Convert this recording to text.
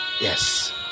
yes